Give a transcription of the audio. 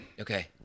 Okay